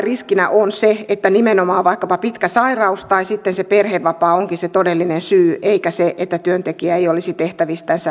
riskinä on se että nimenomaan vaikkapa pitkä sairaus tai sitten se perhevapaa onkin se todellinen syy eikä se että työntekijä ei olisi tehtävistänsä selvinnyt